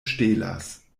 ŝtelas